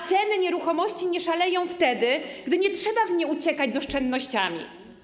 Ceny nieruchomości nie szaleją wtedy, gdy nie trzeba w nie uciekać z oszczędnościami.